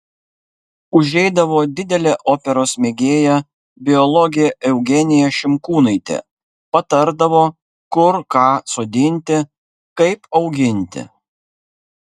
užeidavo didelė operos mėgėja biologė eugenija šimkūnaitė patardavo kur ką sodinti kaip auginti